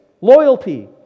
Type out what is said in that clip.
loyalty